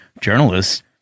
journalists